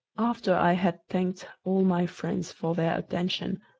after i had thanked all my friends for their attention,